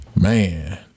Man